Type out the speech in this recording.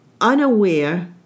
unaware